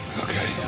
Okay